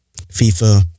FIFA